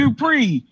Dupree